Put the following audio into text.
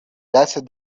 دستت